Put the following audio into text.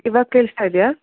ಇವಾಗ ಕೇಳ್ಸ್ತಾ ಇದೆಯಾ